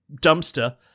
dumpster